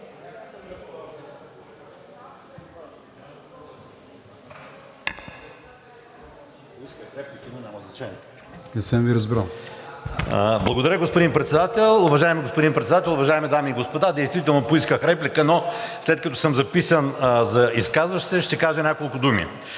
Не съм Ви разбрал.